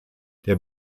der